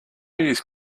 use